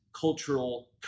cultural